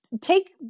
take